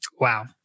Wow